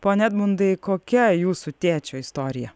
pone edmundai kokia jūsų tėčio istorija